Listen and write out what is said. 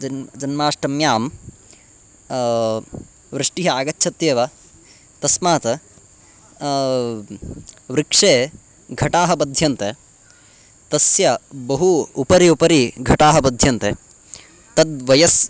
जन् जन्माष्टम्यां वृष्टिः आगच्छत्येव तस्मात् वृक्षे घटाः बध्यन्ते तस्य बहु उपरि उपरि घटाः बध्यन्ते तद्वयः